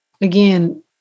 again